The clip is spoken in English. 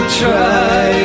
try